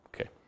Okay